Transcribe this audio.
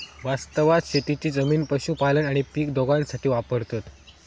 वास्तवात शेतीची जमीन पशुपालन आणि पीक दोघांसाठी वापरतत